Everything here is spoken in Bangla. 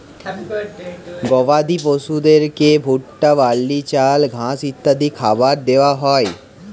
গবাদি পশুদেরকে ভুট্টা, বার্লি, চাল, ঘাস ইত্যাদি খাবার দেওয়া হয়